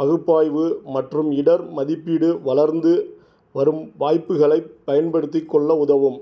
பகுப்பாய்வு மற்றும் இடர் மதிப்பீடு வளர்ந்து வரும் வாய்ப்புகளை பயன்படுத்திக் கொள்ள உதவும்